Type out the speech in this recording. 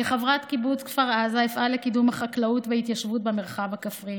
כחברת קיבוץ כפר עזה אפעל לקידום החקלאות והתיישבות במרחב הכפרי